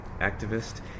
activist